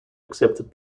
accepted